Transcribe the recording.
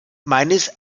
meines